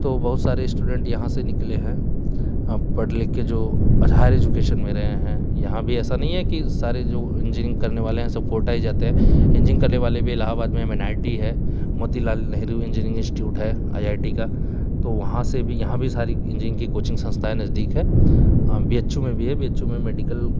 तो बहुत सारे स्टूडेंट यहाँ से निकले हैं पढ़ लिखके जो हाईयर एजुकेशन में रहे हैं यहाँ भी ऐसा नहीं है कि सारे जो इंजीनियरिंग करने वाले हैं सब कोटा ही जाते हैं इंजीनियरिंग करने वाले भी इलाहाबाद में एन आई टी है मोतीलाल नेहरू इंजीनियरिंग इंस्टीट्यूट है आई आई टी का तो वहाँ से भी यहाँ भी सारी इंजीनियरिंग की कोचिंग संस्थाएँ नजदीक है बी एच यू में भी है बी एच यू में मेडिकल